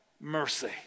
mercy